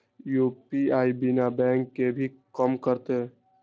UPI बिना bank के भी कम करतै?